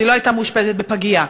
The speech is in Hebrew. אז היא לא הייתה מאושפזת בפגייה.